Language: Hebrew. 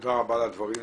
תודה רבה על הדברים.